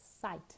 site